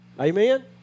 Amen